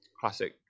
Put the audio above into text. classic